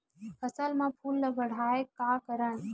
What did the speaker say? फसल म फूल ल बढ़ाय का करन?